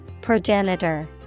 Progenitor